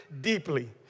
deeply